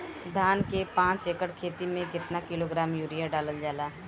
धान के पाँच एकड़ खेती में केतना किलोग्राम यूरिया डालल जाला?